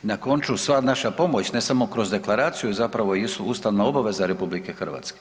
I na koncu, sva naša pomoć ne samo kroz deklaraciju zapravo jesu ustavna obaveza RH.